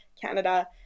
Canada